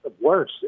worse